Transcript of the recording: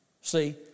See